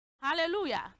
Hallelujah